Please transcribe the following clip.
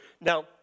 now